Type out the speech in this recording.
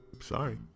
Sorry